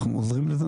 אנחנו עוזרים לזה,